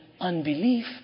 unbelief